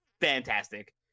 fantastic